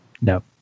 No